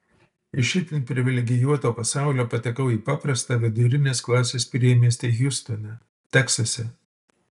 iš itin privilegijuoto pasaulio patekau į paprastą vidurinės klasės priemiestį hjustone teksase